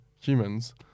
humans